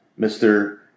Mr